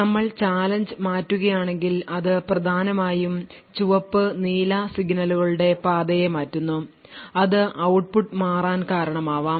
നമ്മൾ ചാലഞ്ച് മാറ്റുകയാണെങ്കിൽ അത് പ്രധാനമായും ചുവപ്പ് നീല സിഗ്നലുകളുടെ പാതയെ മാറ്റുന്നു അത് ഔട്ട്പുട്ട് മാറാൻ കാരണമാവാം